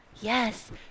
yes